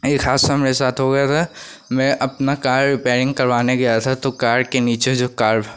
एक हादसा मेरे साथ हो गया था मैं अपना कार रिपेयरिंग करवाने गया था तो कार के नीचे जो कार